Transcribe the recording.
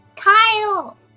Kyle